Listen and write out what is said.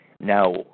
Now